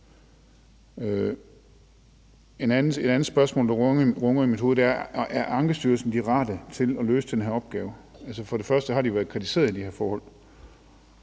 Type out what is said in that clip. Et andet spørgsmål, der runger i mit hoved, er: Er Ankestyrelsen de rette til at løse den her opgave? For det første har de været kritiseret i de her forhold.